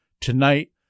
Tonight